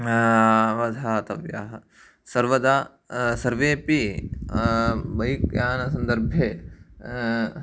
अवधातव्याः सर्वदा सर्वेपि बैक् यानसन्दर्भे